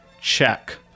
Check